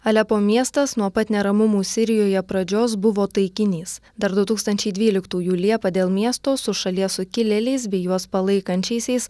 alepo miestas nuo pat neramumų sirijoje pradžios buvo taikinys dar du tūkstančiai dvyliktųjų liepą dėl miesto su šalies sukilėliais bei juos palaikančiaisiais